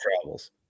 travels